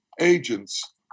agents